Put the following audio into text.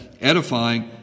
edifying